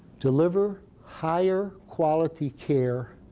deliver higher quality care